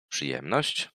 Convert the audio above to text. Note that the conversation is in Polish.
przyjemność